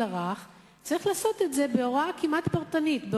הרך צריך לעשות את זה בהוראה כמעט פרטנית,